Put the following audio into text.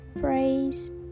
praise